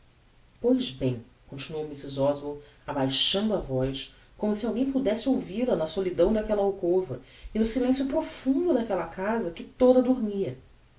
pois bem continuou mrs oswald abaixando a voz como se alguem podesse ouvil-a na solidão daquella alcova e no silencio profundo daquella casa que toda dormia